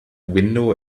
window